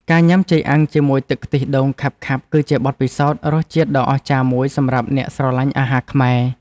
ការញ៉ាំចេកអាំងជាមួយទឹកខ្ទិះដូងខាប់ៗគឺជាបទពិសោធន៍រសជាតិដ៏អស្ចារ្យមួយសម្រាប់អ្នកស្រឡាញ់អាហារខ្មែរ។